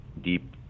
deep